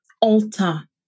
alter